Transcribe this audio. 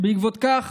ובעקבות כך